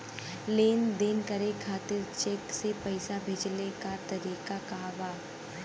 लेन देन करे खातिर चेंक से पैसा भेजेले क तरीकाका बा?